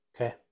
okay